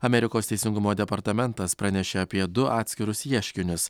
amerikos teisingumo departamentas pranešė apie du atskirus ieškinius